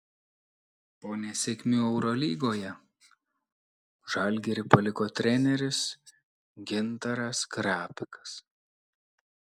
po nesėkmių eurolygoje žalgirį paliko treneris gintaras krapikas